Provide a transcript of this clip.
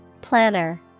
Planner